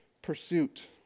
pursuit